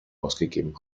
ausgegeben